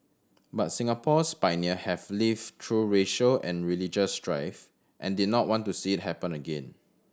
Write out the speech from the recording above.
but Singapore's pioneer have lived through racial and religious strife and did not want to see it happen again